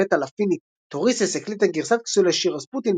מטאל הפינית טוריסס הקליטה גרסת כיסוי לשיר Rasputin,